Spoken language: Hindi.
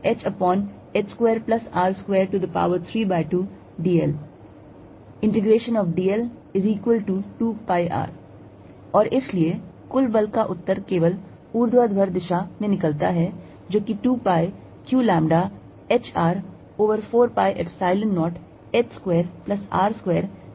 Fqλdl4π01h2R2 Fcosθqλ4π0hh2R232dl dl2πR और इसलिए कुल बल का उत्तर केवल ऊर्ध्वाधर दिशा में निकलता है जो कि 2 pi q lambda h R over 4 pi Epsilon 0 h square plus R square raise to 3 by 2 के बराबर होगा